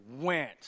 went